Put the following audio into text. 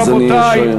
רבותי,